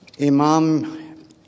Imam